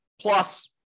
plus